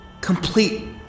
Complete